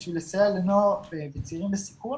כדי לסייע לנוער וצעירים בסיכון